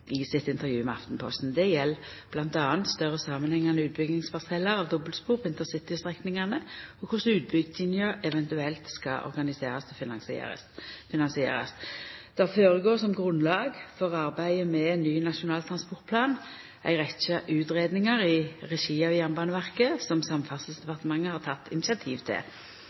intervju med Aftenposten. Det gjeld bl.a. større samanhengande utbyggingsparsellar med dobbeltspor på intercitystrekningane, og korleis utbygginga eventuelt skal organiserast og finansierast. Det går no føre seg, som grunnlag for arbeidet med Nasjonal transportplan, ei rekkje utgreiingar i regi av Jernbaneverket som Samferdselsdepartementet har teke initiativet til.